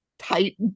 tight